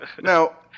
now